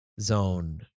Zone